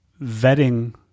vetting